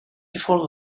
before